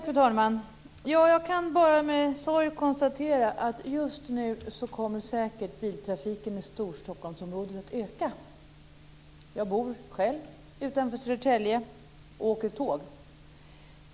Fru talman! Jag kan bara med sorg konstatera att just nu kommer biltrafiken i Storstockholmsområdet säkert att öka. Jag bor själv utanför Södertälje och åker tåg.